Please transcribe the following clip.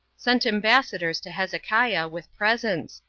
sent ambassadors to hezekiah, with presents,